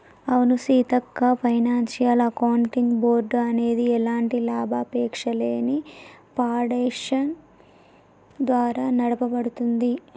అవును Seethakka financial accounting board అనేది ఎలాంటి లాభాపేక్షలేని ఫాడేషన్ ద్వారా నడపబడుతుంది